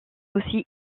aussi